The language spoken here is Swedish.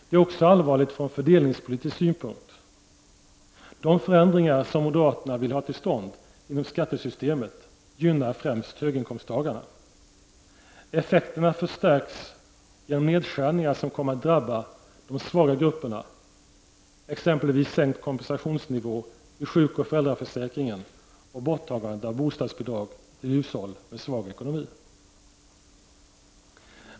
Det är också allvarligt från fördelningspolitisk synpunkt. De förändringar som moderaterna vill ha till stånd inom skattesystemet gynnar främst höginkomsttagarna. Effekterna förstärks genom nedskärningar som kommer att drabba de svaga grupperna, exempelvis sänkt kompensationsnivå i sjukoch föräldraförsäkringen och borttagandet av bostadsbidrag till hushåll med svag ekonomi.